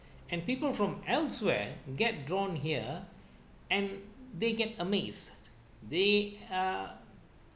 and people from elsewhere get drawn here and they get amazed they uh